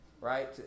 Right